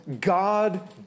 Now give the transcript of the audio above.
God